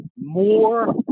more